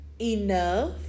enough